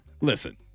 Listen